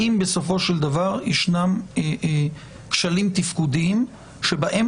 האם בסופו של דבר יישנם כשלים תפקודיים שבהם